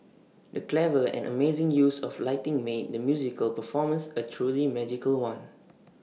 the clever and amazing use of lighting made the musical performance A truly magical one